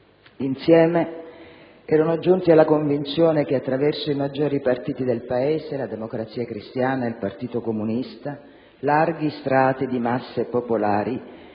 Insieme erano giunti alla convinzione che, attraverso i maggiori partiti del Paese, la Democrazia cristiana e il Partito comunista, larghi strati di masse popolari